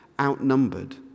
outnumbered